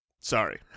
Sorry